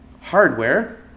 hardware